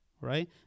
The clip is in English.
right